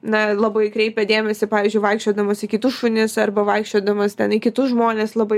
na labai kreipia dėmesį pavyzdžiui vaikščiodamas į kitus šunis arba vaikščiodamas ten į kitus žmonės labai